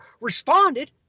responded